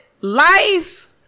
life